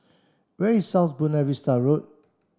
where is South Buona Vista Road